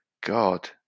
God